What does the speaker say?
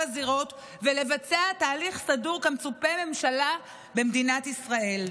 הזירות ולבצע תהליך סדור כמצופה מממשלה במדינת ישראל.